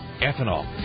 ethanol